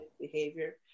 behavior